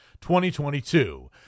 2022